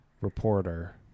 reporter